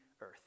earth